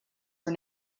are